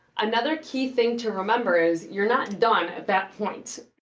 another key thing to remember is, you're not done at that point.